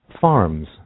farms